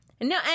No